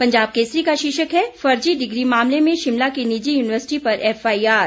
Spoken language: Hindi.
पंजाब केसरी का शीर्षक है फर्जी डिग्री मामले में शिमला की निजी यूनिवर्सिटी पर एफआईआर